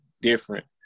different